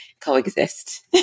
coexist